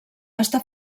està